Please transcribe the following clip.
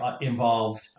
involved